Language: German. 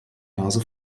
nase